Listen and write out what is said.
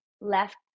left